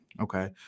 Okay